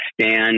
stand